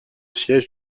siège